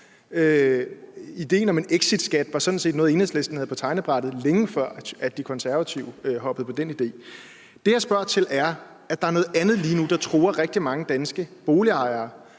Ideen om en exitskat var sådan set noget, Enhedslisten havde på tegnebrættet, længe før De Konservative hoppede på den idé. Det, jeg spørger til, er, at der er noget andet lige nu, der truer rigtig mange danske boligejere,